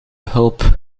hulp